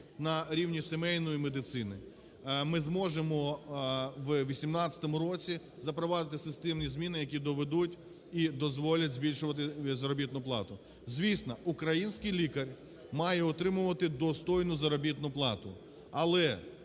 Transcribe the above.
на рівні сімейної медицини, ми зможемо у 2018 році запровадити системні зміни, які доведуть і дозволять збільшувати заробітну плату. Звісно, український лікар має отримувати достойну заробітну плату. Але